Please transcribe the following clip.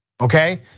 okay